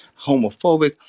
homophobic